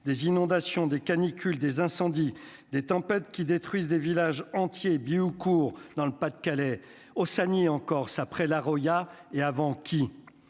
des inondations, des canicules des incendies des tempêtes qui détruisent des villages entiers Bihucourt dans le Pas-de-Calais, oh Shany en Corse, après la Roya et avant qui